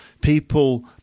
people